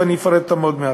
ואני אפרט אותן עוד מעט.